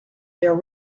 their